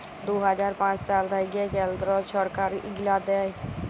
দু হাজার পাঁচ সাল থ্যাইকে কেলদ্র ছরকার ইগলা দেয়